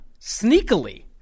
sneakily